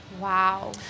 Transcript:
Wow